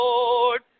Lord